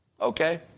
Okay